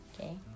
okay